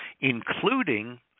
including